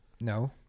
No